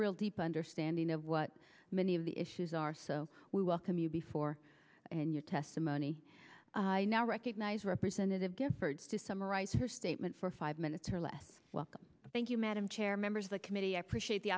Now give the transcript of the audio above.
real deep understanding of what many of the issues are so we welcome you before in your testimony i now recognize representative giffords to summarize her statement for five minutes or less welcome thank you madam chair members of the committee i appreciate the